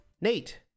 Nate